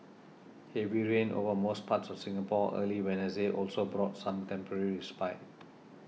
heavy rain over most parts of Singapore early Wednesday also brought some temporary respite